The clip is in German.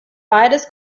beides